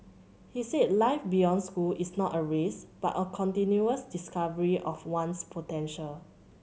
he said life beyond school is not a race but a continuous discovery of one's potential